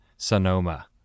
sonoma